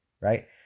right